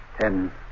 Ten